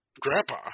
Grandpa